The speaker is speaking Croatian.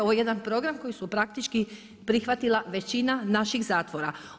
Ovo je jedan program koji su praktički prihvatila većina naših zatvora.